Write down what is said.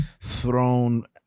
thrown